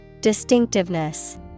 Distinctiveness